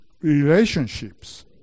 relationships